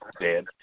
dead